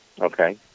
Okay